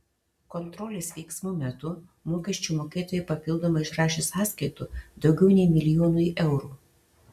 kontrolės veiksmų metu mokesčių mokėtojai papildomai išrašė sąskaitų daugiau nei milijonui eurų